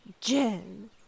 Jen